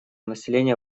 населения